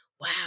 wow